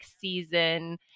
season